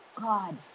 God